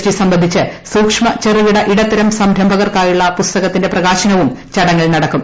T സംബന്ധിച്ച് സൂക്ഷ്മ ചെറുകിട ഇടത്തരം സംരംഭകർക്കായുള്ള പുസ്തകത്തിന്റെ പ്രകാശനവും ചടങ്ങിൽ നടക്കും